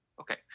okay